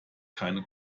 keine